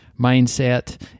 mindset